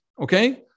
okay